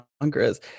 Congress